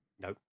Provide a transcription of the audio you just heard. Nope